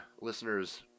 listeners